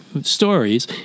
stories